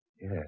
Yes